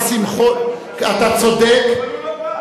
שמחון, לכן הוא לא בא.